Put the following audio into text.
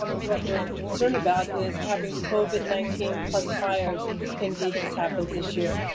um what we're concerned about is having covid nineteen plus fires, if indeed this happens this year.